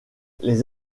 les